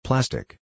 Plastic